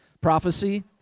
prophecy